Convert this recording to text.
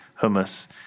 hummus